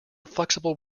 flexible